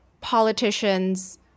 politicians